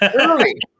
early